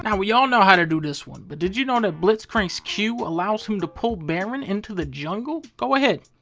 and we all know how to do this one. but did you know that blitzcrank's q allows him to pull baron into the jungle? go ahead,